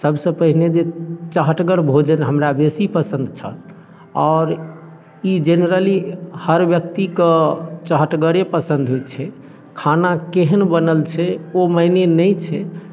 सभ से पहिने जे चहटगर भोजन हमरा बेसी पसंद छल आओर ई जेनरली हर व्यक्ति कऽ चहटगरे पसंद होइत छै खाना केहन बनल छै ओ मायने नहि छै